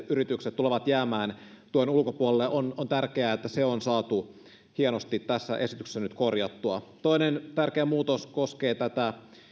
yritykset myös tulevat jäämään tuen ulkopuolelle on on tärkeää että se on saatu hienosti tässä esityksessä nyt korjattua toinen tärkeä muutos koskee tätä